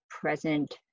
present